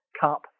cup